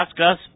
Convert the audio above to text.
askus